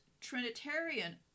Trinitarian